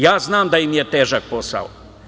Ja znam da im je težak posao.